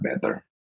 better